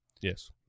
Yes